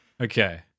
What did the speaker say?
Okay